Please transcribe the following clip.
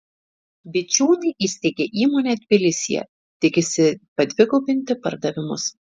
vičiūnai įsteigė įmonę tbilisyje tikisi padvigubinti pardavimus